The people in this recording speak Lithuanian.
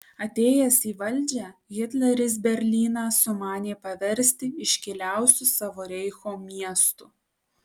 atėjęs į valdžią hitleris berlyną sumanė paversti iškiliausiu savo reicho miestu